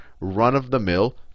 run-of-the-mill